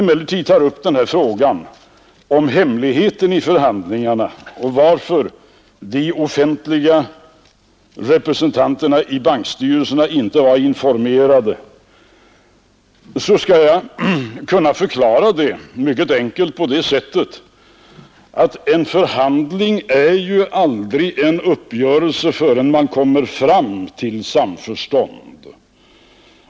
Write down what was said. Frågorna om hemlighållandet av förhandlingarna och anledningen till att de offentliga representanterna i bankstyrelserna inte var informerade kan jag förklara mycket enkelt, nämligen på det sättet att en förhandling aldrig är en uppgörelse förrän man kommer till samförstånd.